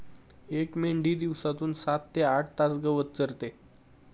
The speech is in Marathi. एक मेंढी दिवसातून सात ते आठ तास गवत चरते